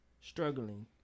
struggling